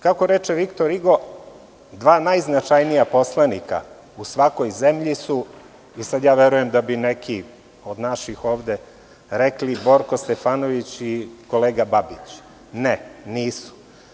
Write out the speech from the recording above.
Kako reče Viktor Igo, dva najznačajnija poslanika u svakoj zemlji su, a verujem da bi neki ovde rekli Borko Stefanović i kolega Babić, ne, nisu.